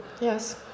Yes